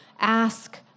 ask